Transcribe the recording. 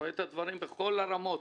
רואה את הדברים בכל הרמות.